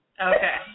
Okay